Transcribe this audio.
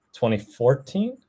2014